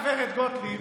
גב' גוטליב,